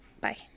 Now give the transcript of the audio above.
Bye